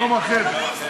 יום אחר.